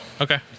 Okay